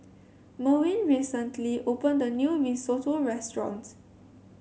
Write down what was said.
Merwin recently opened a new Risotto restaurant